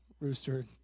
rooster